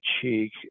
cheek